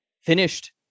finished